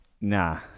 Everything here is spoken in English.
Nah